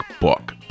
book